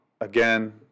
again